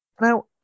Now